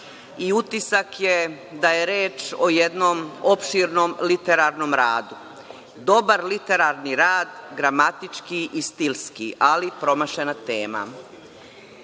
i utisak je da je reč o jednom opširnom literarnom radu. Dobar literarni rad gramatički i stilski, ali promašena tema. Da